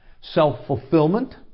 self-fulfillment